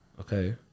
okay